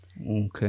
Okay